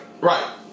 Right